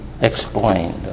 explained